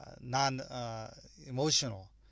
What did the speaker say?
non-emotional